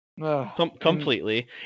Completely